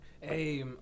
Hey